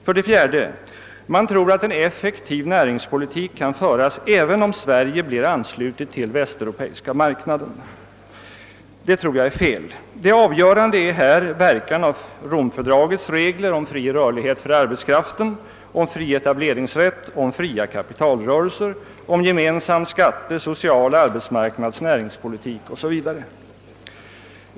För det fjärde tror man att en effektiv näringspolitik kan föras även om Sverige blir anslutet till västeuropeiska marknaden. Detta anser jag vara fel. Det avgörande i detta sammanhang är verkan av Romfördragets regler om fri rörlighet för arbetskraften, fri etableringsrätt, fria kapitalrörelser, en gemensam skatte-, social-, arbetsmarknadsoch näringspolitik o.s.v.